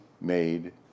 made